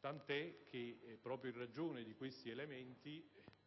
Tanto è che, proprio in ragione di questi elementi,